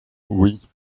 oui